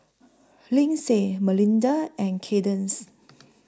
Lindsey Melinda and Cadence